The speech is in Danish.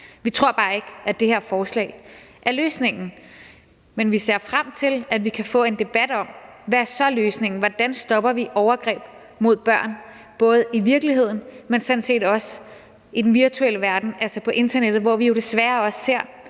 Vi tror bare ikke, at det her forslag er løsningen. Men vi ser frem til, at vi kan få en debat om, hvad der så er løsningen. Hvordan stopper vi overgreb mod børn både i virkeligheden, men sådan set også i den virtuelle verden, altså på internettet, hvor vi jo desværre også ser,